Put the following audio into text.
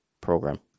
program